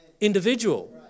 individual